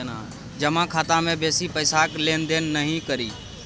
जमा खाता मे बेसी पैसाक लेन देन नहि करी